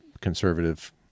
conservative –